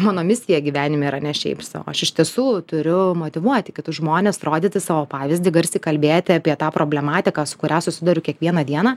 mano misija gyvenime yra ne šiaip sau aš iš tiesų turiu motyvuoti kitus žmones rodytis savo pavyzdį garsiai kalbėti apie tą problematiką su kuria susiduriu kiekvieną dieną